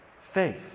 faith